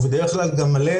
ובדרך כלל גם מלא,